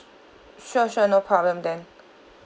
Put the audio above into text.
sure sure no problem then